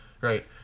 right